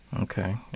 okay